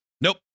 Nope